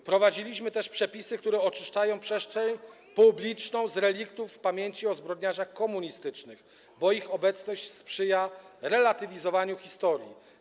Wprowadziliśmy też przepisy, które oczyszczają przestrzeń publiczną z reliktów upamiętniających zbrodniarzy komunistycznych, bo ich obecność sprzyja relatywizowaniu historii.